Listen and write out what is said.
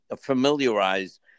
familiarize